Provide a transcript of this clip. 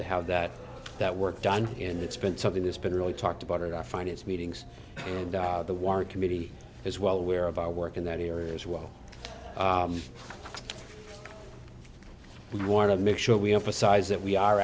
to have that that work done and it's been something that's been really talked about it i find it's meetings and the war committee is well aware of our work in that area as well we want to make sure we emphasise that we are